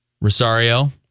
Rosario